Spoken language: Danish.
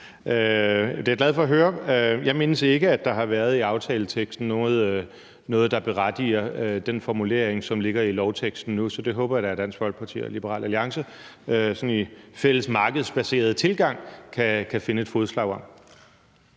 Det er jeg glad for at høre. Jeg mindes ikke, at der i aftaleteksten har været noget, der berettiger den formulering, som ligger i lovteksten nu, så det håber jeg da at Dansk Folkeparti og Liberal Alliance sådan i en fælles markedsbaseret tilgang kan finde fodslag om.